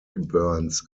burns